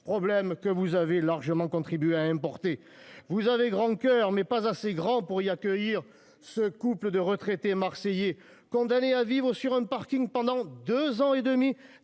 problème que vous avez largement contribué à importer. Vous avez grand coeur mais pas assez grand pour y accueillir ce couple de retraités marseillais condamné à vivre sur un Parking pendant 2 ans et demi